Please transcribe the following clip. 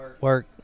Work